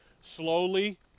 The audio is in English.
Slowly